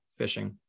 phishing